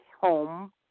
home